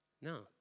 No